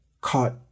caught